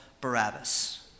Barabbas